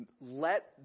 Let